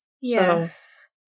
Yes